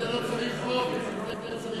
בשביל זה לא צריך חוק,